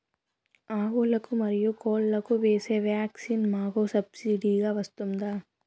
ఆవులకు, మరియు కోళ్లకు వేసే వ్యాక్సిన్ మాకు సబ్సిడి గా వస్తుందా?